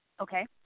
Okay